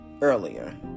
earlier